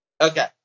Okay